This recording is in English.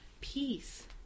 Peace